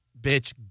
bitch